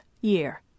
Year